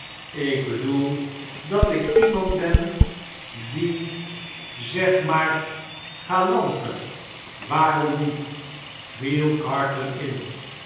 ik bedoel datik iemand ben die zeg maar galanter waarom niet viel carton in